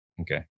Okay